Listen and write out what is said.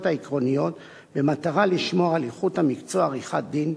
העקרוניות במטרה לשמור על איכות המקצוע עריכת-דין,